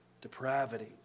depravity